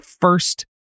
first